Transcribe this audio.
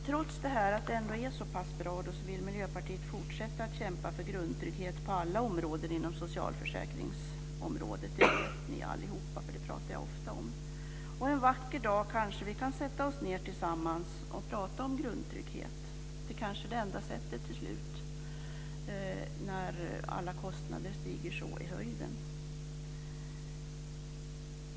Trots att det är så pass bra vill Miljöpartiet fortsätta att kämpa för grundtrygghet på alla områden inom socialförsäkringen. Det vet ni alla, för det talar jag ofta om. En vacker dag kanske vi kan sätta oss ned och prata om grundtrygghet. Det kanske är det enda sättet till slut när alla kostnader stiger så i höjden.